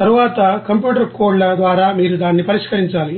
తరువాత computer code ల ద్వారా మీరు దానిని పరిష్కరించాలి